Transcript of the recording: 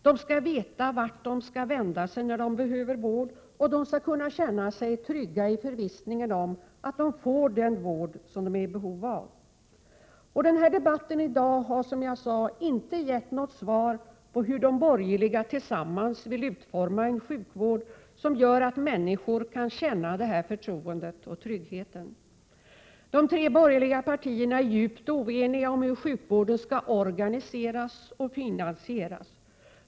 De skall veta vart de skall vända sig när de behöver vård och de skall kunna känna sig trygga i förvissningen om att de får den vård som de är i behov av. Debatten i dag har inte givit något svar på frågan hur de borgerliga tillsammans vill utforma en sjukvård som gör att människor kan känna detta förtroende och denna trygghet. De tre borgerliga partierna är djupt oeniga om hur sjukvården skall organiseras och finansieras.